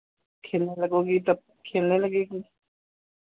खेलने लगोगी तब खेलने लगोगी